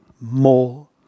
more